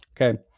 Okay